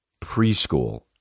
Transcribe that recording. preschool